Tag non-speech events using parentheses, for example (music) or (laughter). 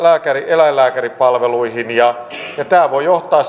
eläinlääkäripalveluihin tämä voi johtaa (unintelligible)